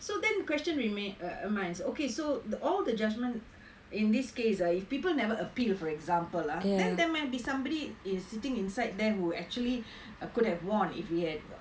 so then the question remains in my mind so okay so the all the judgment in this case ah if people never appeal for example lah then there might be somebody who is sitting inside there who is actually uh could have won if he had